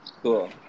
Cool